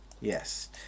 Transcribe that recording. Yes